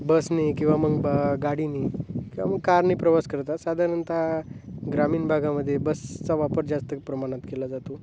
बसने किंवा मग बा गाडीने किंवा मग कारने प्रवास करतात साधारणतः ग्रामीण भागामध्ये बसचा वापर जास्त प्रमाणात केला जातो